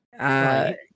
Right